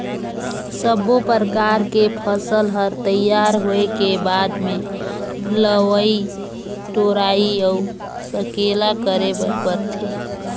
सब्बो परकर के फसल हर तइयार होए के बाद मे लवई टोराई अउ सकेला करे बर परथे